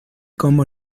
come